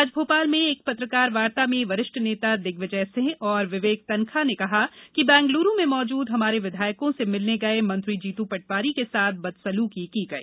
आज भोपाल में एक पत्रकारवार्ता में वरिष्ठ नेता दिग्विजयसिंह और विवेक तनखा ने कहा कि बैंगलुरू में मौजुद हमारे विधायकों से मिलने गये मंत्री जीत पटवारी के साथ बदसलुकी की गई